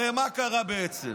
הרי מה קרה בעצם?